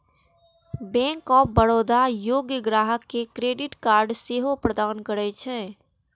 bank of Baroda योग्य ग्राहक कें क्रेडिट कार्ड सेहो प्रदान करै छै